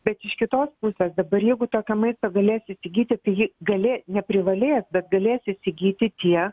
bet iš kitos pusės dabar jeigu tokio maisto galėsi įsigyti tai ji gali neprivalės bet galės įsigyti tie